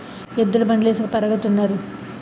ఎద్దుల బండితో ఇసక పెరగతన్నారు